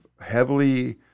heavily